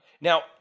Now